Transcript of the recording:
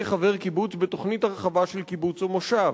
חבר קיבוץ בתוכנית הרחבה של קיבוץ או מושב,